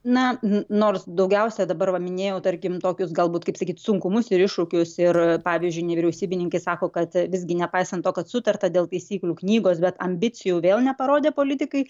na n nors daugiausia dabar va minėjau tarkim tokius galbūt kaip sakyt sunkumus ir iššūkius ir pavyzdžiui nevyriausybininkai sako kad visgi nepaisant to kad sutarta dėl taisyklių knygos bet ambicijų vėl neparodė politikai